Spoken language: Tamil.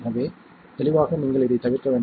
எனவே தெளிவாக நீங்கள் இதை தவிர்க்க வேண்டும்